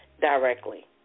directly